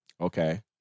Okay